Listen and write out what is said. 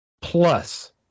plus